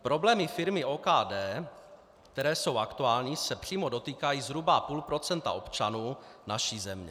Problémy firmy OKD, které jsou aktuální, se přímo dotýkají zhruba půl procenta občanů naší země.